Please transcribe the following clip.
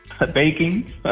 baking